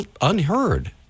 unheard